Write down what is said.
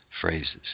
phrases